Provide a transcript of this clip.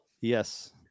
Yes